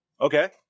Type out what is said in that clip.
okay